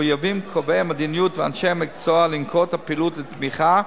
מחויבים קובעי המדיניות ואנשי המקצוע לנקוט פעילות לתמיכה,